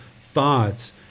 thoughts